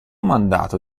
mandato